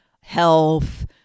health